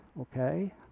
Okay